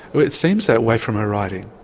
it seems that way from her writing.